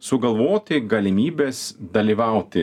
sugalvoti galimybes dalyvauti